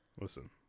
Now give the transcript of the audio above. Listen